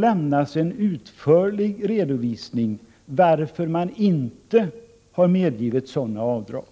lämnas en utförlig redovisning av skälen till att man inte har medgivit sådana avdrag.